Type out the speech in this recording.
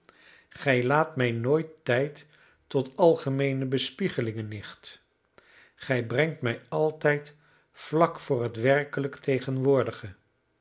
gij laat mij nooit tijd tot algemeene bespiegelingen nicht gij brengt mij altijd vlak voor het werkelijk tegenwoordige